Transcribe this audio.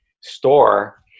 store